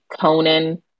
Conan